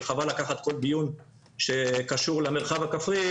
וחבל לקחת כל דיון שקשור למרחב הכפרי,